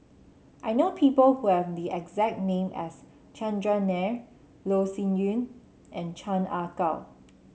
I know people who have the exact name as Chandran Nair Loh Sin Yun and Chan Ah Kow